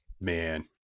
Man